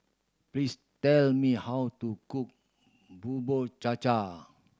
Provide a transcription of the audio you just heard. please tell me how to cook Bubur Cha Cha